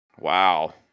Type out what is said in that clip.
Wow